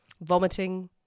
vomiting